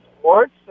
sports